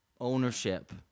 Ownership